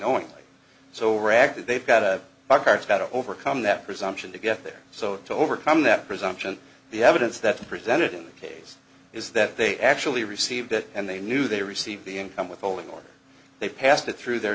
knowingly so rock that they've got a bar carts that overcome that presumption to get there so to overcome that presumption the evidence that's presented in the case is that they actually received it and they knew they received the income withholding or they passed it through their